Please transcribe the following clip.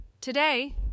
Today